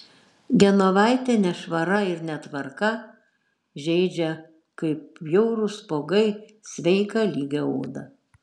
genovaitę nešvara ir netvarka žeidžia kaip bjaurūs spuogai sveiką lygią odą